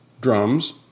drums